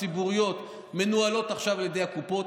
ציבוריות מנוהלות עכשיו על ידי הקופות.